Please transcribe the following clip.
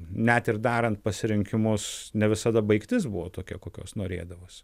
net ir darant pasirinkimus ne visada baigtis buvo tokia kokios norėdavosi